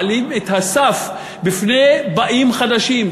מעלים את הסף בפני באים חדשים,